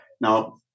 now